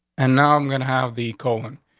and now i'm gonna have the colon.